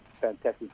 fantastic